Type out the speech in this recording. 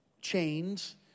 chains